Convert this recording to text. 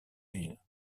ville